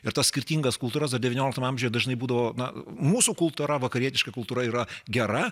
ir tas skirtingas kultūras dar devynioliktame amžiuje dažnai būdavo na mūsų kultūra vakarietiška kultūra yra gera